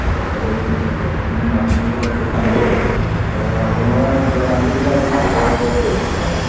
অঁ এটা বজাৰ পৰা চাব আপুনি নামটো দিব লাগিব নামটো আপোনাৰ এতিয়া নামটো দিলে আপোনাৰ সোতৰ নম্বৰত পৰিব হা